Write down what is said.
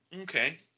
Okay